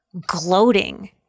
gloating